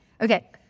Okay